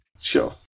Sure